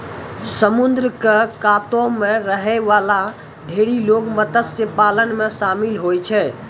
समुद्र क कातो म रहै वाला ढेरी लोग मत्स्य पालन म शामिल होय छै